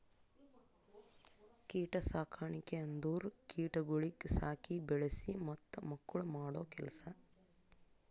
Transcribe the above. ಕೀಟ ಸಾಕಣಿಕೆ ಅಂದುರ್ ಕೀಟಗೊಳಿಗ್ ಸಾಕಿ, ಬೆಳಿಸಿ ಮತ್ತ ಮಕ್ಕುಳ್ ಮಾಡೋ ಕೆಲಸ